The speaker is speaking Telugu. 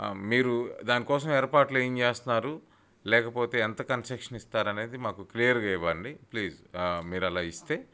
మీరు దానికోసం ఏర్పాట్లు ఏం చేస్తున్నారు లేకపోతే ఎంత కన్సెక్షన్ ఇస్తారనేది మాకు క్లియర్గా ఇవ్వండి ప్లీజ్ మీరలా ఇస్తే